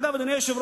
אתה יודע את עמדתי.